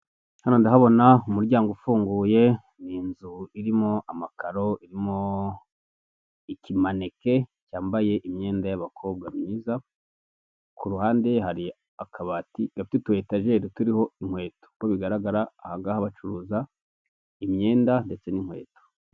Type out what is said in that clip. Hano ndahabona umuryango ufunguye, ni inzu irimo amakaro, irimo ikimaneke cyambaye imyenda y'abakobwa myiza, ku ruhande hari akabati gafite utuyetajeri turiho inkweto. Uko bigaragara aha ngaha bacuruza imyenda ndetse n'inkweto.